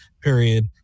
period